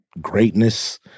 greatness